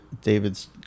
David's